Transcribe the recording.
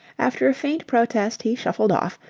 after a faint protest he shuffled off,